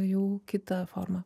jau kita forma